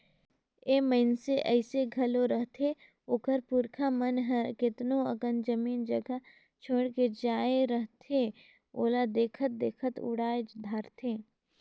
ए मइनसे अइसे घलो रहथें ओकर पुरखा मन हर केतनो अकन जमीन जगहा छोंएड़ के जाए रहथें ओला देखत देखत उड़ाए धारथें